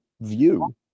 view